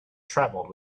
travelled